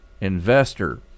investor